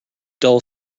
dull